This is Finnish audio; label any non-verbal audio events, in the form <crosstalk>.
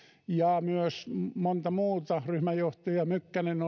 ja myös monta muuta ryhmänjohtaja mykkänen <unintelligible>